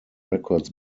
records